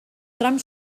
tram